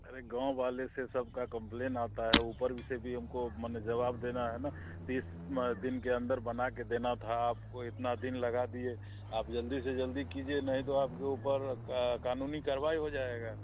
अरे गाँव वालों से सबका कम्प्लैन आता है ऊपर भी से भी हमको माने जवाब देना है तीस म दिन के अंदर बना के देना था आपको इतना दिन लगा दिए आप जल्दी से जल्दी कीजिए नहीं तो आपके ऊपर क़ानूनी कार्रवाई हो जाएगी